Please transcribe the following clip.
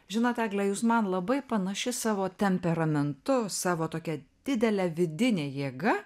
žinot egle jūs man labai panaši savo temperamentu savo tokia didele vidine jėga